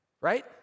Right